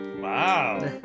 Wow